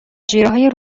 جیرههای